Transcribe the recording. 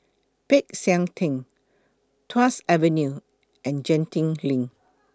Peck San Theng Tuas Avenue and Genting LINK